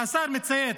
והשר מצייץ.